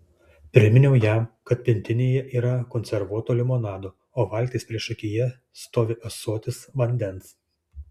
priminiau jam kad pintinėje yra konservuoto limonado o valties priešakyje stovi ąsotis vandens